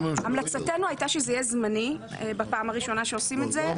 המלצתנו הייתה שזה יהיה זמני בפעם הראשונה שעושים את זה,